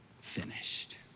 finished